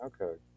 Okay